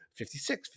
56